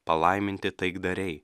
palaiminti taikdariai